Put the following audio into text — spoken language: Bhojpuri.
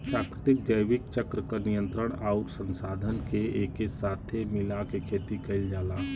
प्राकृतिक जैविक चक्र क नियंत्रण आउर संसाधन के एके साथे मिला के खेती कईल जाला